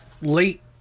late